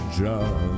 job